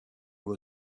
will